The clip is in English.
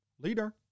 Leader